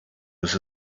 with